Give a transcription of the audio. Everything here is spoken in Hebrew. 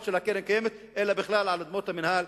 של הקרן הקיימת אלא בכלל על אדמות המינהל.